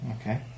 Okay